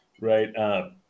Right